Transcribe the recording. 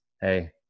hey